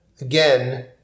Again